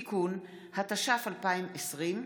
(תיקון), התש"ף 2020,